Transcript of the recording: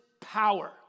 power